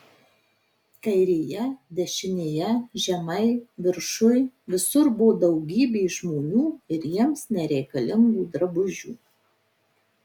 kairėje dešinėje žemai viršuj visur buvo daugybė žmonių ir jiems nereikalingų drabužių